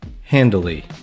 handily